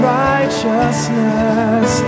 righteousness